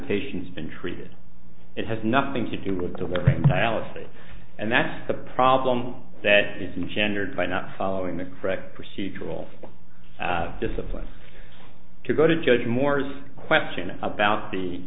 patient's been treated it has nothing to do with the wording fallacy and that's the problem that isn't gendered by not following the correct procedural discipline to go to judge moore's question about the